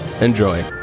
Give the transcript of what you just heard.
Enjoy